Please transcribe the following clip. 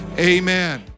Amen